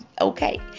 Okay